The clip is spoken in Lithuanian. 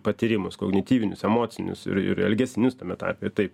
patyrimus kognityvinius emocinius ir ir elgesinius tame tarpe tai